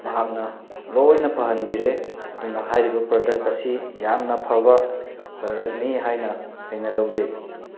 ꯃꯍꯥꯛꯅ ꯂꯣꯏꯅ ꯐꯍꯟꯕꯤꯔꯦ ꯑꯗꯨꯅ ꯍꯥꯏꯔꯤꯕ ꯄ꯭ꯔꯗꯛ ꯑꯁꯤ ꯌꯥꯝꯅ ꯐꯕ ꯄ꯭ꯔꯗꯛꯅꯤ ꯍꯥꯏꯅ ꯑꯩꯅ ꯂꯧꯖꯩ